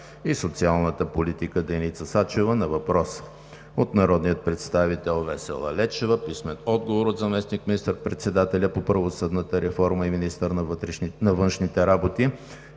и социалната политика Деница Сачева на въпрос от народния представител Весела Лечева; - заместник министър-председателя по правосъдната реформа и министър на външните работи